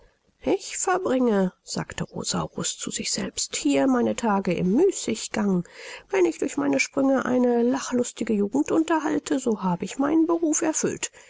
ich verbringe sagte rosaurus zu sich selbst hier meine tage in müßiggang wenn ich durch meine sprünge eine lachlustige jugend unterhalte so habe ich meinen beruf erfüllt